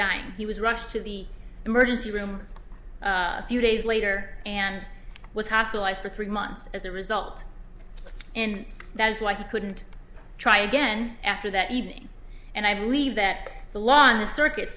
dying he was rushed to the emergency room a few days later and was hospitalized for three months as a result in that is why he couldn't try again after that evening and i believe that the law in the circuit